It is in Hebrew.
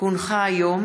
כי הונחה היום